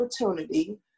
opportunity